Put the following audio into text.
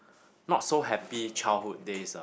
not so happy childhood days